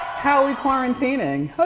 how are we quarantining? how